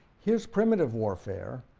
here's primitive warfare,